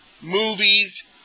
movies